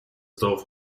dorf